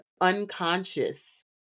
unconscious